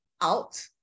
out